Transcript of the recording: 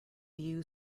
view